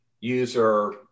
user